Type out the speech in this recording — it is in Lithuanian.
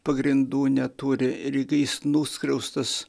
pagrindų neturi ir kai jis nuskriaustas